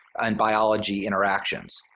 and biology interactions.